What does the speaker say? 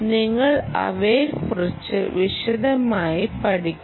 നിങ്ങൾ അവയെക്കുറിച്ച് വിശദമായി പഠിക്കണം